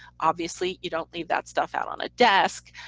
obviously, you don't leave that stuff out on a desk,